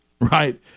right